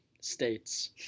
States